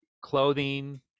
Clothing